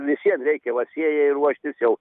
visiem reikia vat sėjai ruoštis jau